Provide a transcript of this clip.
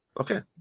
Okay